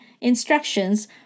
instructions